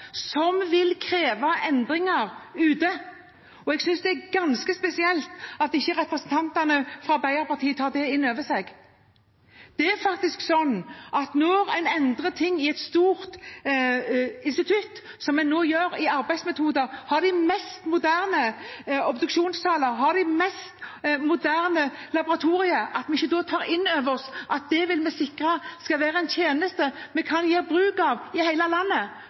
som vil kreve endringer ute. Jeg synes det er ganske spesielt at ikke representantene fra Arbeiderpartiet tar det inn over seg. Når en gjør endringer på et stort institutt, som en nå gjør, i arbeidsmetoder, med de mest moderne obduksjonssaler, med de mest moderne laboratorier, vil vi sikre at det er en tjeneste vi kan gjøre bruk av i hele landet.